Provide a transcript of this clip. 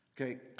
Okay